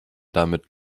damit